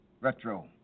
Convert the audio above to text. Retro